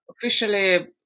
officially